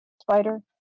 spider